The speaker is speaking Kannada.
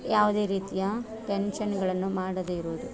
ಯಾವುದೇ ರೀತಿಯ ಟೆನ್ಷನ್ಗಳನ್ನು ಮಾಡದೆ ಇರುವುದು